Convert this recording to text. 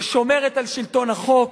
ששומרת על שלטון החוק?